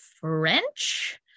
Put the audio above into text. french